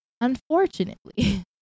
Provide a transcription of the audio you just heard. unfortunately